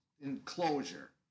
enclosure